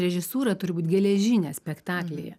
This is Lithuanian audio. režisūra turi būt geležinė spektaklyje